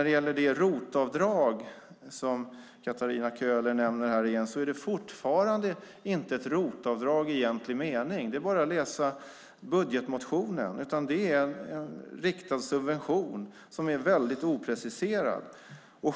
Det ROT-avdrag som Katarina Köhler nämner är inte ett ROT-avdrag i egentlig mening; det framgår av budgetmotionen. Det är en riktad subvention som är väldigt opreciserad.